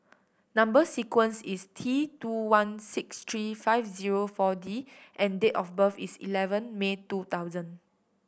number sequence is T two one six three five zero Four D and date of birth is eleven May two thousand